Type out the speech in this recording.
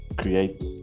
create